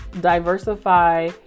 Diversify